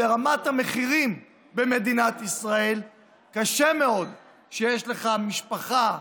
ברמת המחירים במדינת ישראל קשה מאוד כשיש לך משפחה,